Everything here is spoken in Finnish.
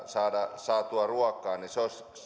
saada ruokaa niin se olisi